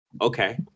okay